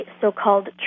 so-called